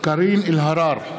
קארין אלהרר,